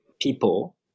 people